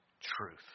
truth